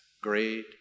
great